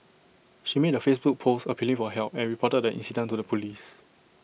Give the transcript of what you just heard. she made A Facebook post appealing for help and reported the incident to the Police